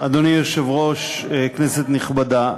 אדוני היושב-ראש, כנסת נכבדה,